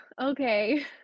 okay